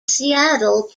seattle